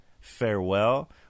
farewell